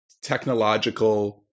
technological